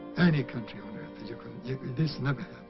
any country on earth this number